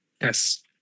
Yes